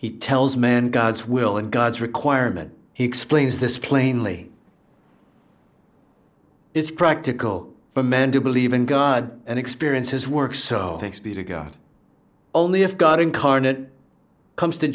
he tells men god's will and god's requirement he explains this plainly it's practical for men to believe in god and experience his work so thanks be to god only if god incarnate comes to